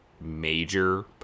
major